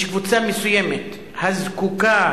יש קבוצה מסוימת הזקוקה